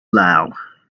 loud